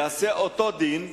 ייעשה אותו דין,